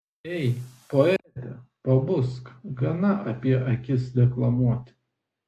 ei poete pabusk gana apie akis deklamuoti